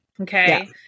Okay